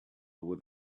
with